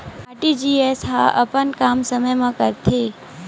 RTGS ह अपन काम समय मा करथे?